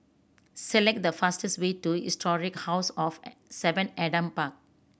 select the fastest way to Historic House of Seven Adam Park